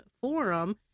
forum